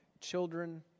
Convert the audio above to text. Children